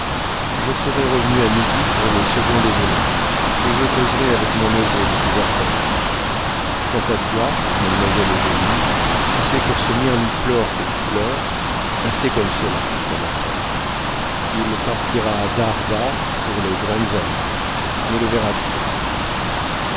je serai revenu à midi pour le second déjeuner et je causerai avec mon neveu de ses affaires quant à toi mademoiselle eugénie si c'est pour ce mirliflor que tu pleures assez comme cela mon enfant il partira dare dare pour les grandes indes tu ne le verras plus